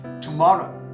tomorrow